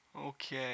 okay